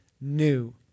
new